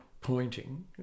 pointing